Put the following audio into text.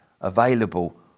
available